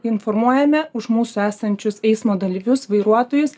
informuojame už mūsų esančius eismo dalyvius vairuotojus